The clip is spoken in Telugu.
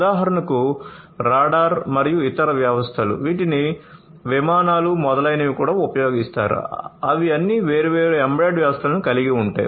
ఉదాహరణకు రాడార్ మరియు ఇతర వ్యవస్థలు వీటిని విమానాలు మొదలైనవి కూడా ఉపయోగిస్తారు అవి అన్ని వేర్వేరు ఎంబెడెడ్ వ్యవస్థలను కలిగి ఉన్నాయి